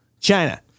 China